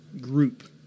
group